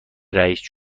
رییس